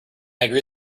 agree